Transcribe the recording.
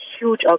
huge